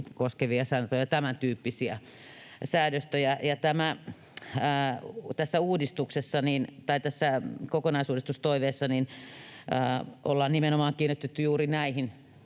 koskevia sääntöjä ja tämäntyyppisiä säädöstöjä. Ja kokonaisuudistustoiveissa ollaan nimenomaan kiinnitetty juuri näihin